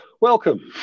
Welcome